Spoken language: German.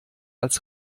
als